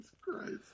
Christ